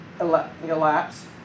elapse